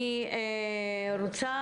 אני רוצה